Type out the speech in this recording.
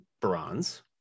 bronze